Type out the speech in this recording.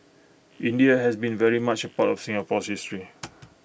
India has been very much A part of Singapore's history